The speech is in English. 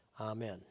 Amen